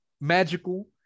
magical